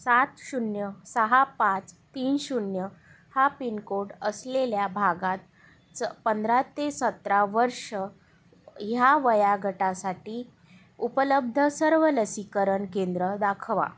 सात शून्य सहा पाच तीन शून्य हा पिनकोड असलेल्या भागात च् पंधरा ते सतरा वर्ष ह्या वयाेगटासाठी उपलब्ध सर्व लसीकरण केंद्रं दाखवा